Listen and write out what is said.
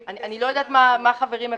כסף- -- אני לא יודעת מה חברים מקבלים.